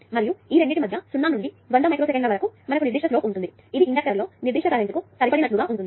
మరియు ఈ రెండింటి మధ్య 0 నుండి 100 మైక్రో సెకన్ల వరకు మనకు నిర్దిష్ట స్లోప్ ఉంటుంది ఇది ఇండక్టర్లో నిర్దిష్ట కరెంటు కు సరిపడినట్లుగా ఉంటుంది